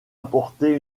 apporter